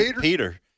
Peter